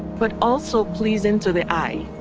but also pleasing to the eye.